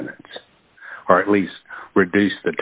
sentence or at least reduce